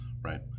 right